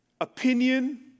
Opinion